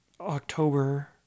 October